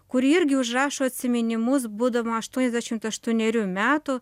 kuri irgi užrašo atsiminimus būdama aštuoniasdešimt aštuonerių metų